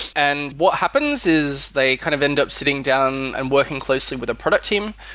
and what happens is they kind of end up sitting down and working closely with a product team.